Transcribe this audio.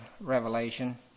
Revelation